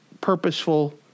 purposeful